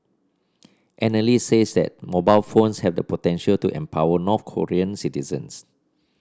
analysts says that mobile phones have the potential to empower North Korean citizens